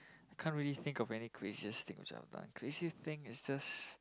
can't really think of any craziest thing which I have done craziest thing is just